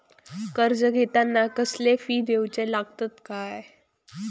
कर्ज घेताना कसले फी दिऊचे लागतत काय?